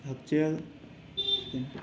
ꯍꯛꯁꯦꯜ